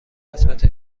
قسمت